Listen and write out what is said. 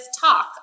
talk